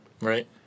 Right